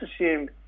assume